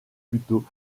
puteaux